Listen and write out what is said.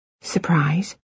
Surprise